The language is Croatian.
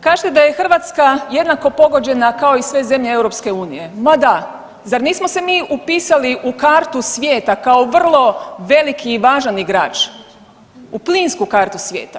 Kažete da je Hrvatska jednako pogođena kao i sve zemlje EU, ma da, zar nismo se mi upisali u kartu svijeta kao vrlo veliki i važan igrač u plinsku kartu svijeta?